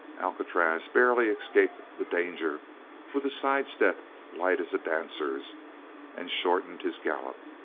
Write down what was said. alcatraz barely escaped the danger with a sidestep light as a dancer's and shortened his gallop.